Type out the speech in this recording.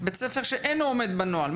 בית ספר שאינו עומד בנוהל.